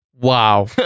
Wow